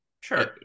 Sure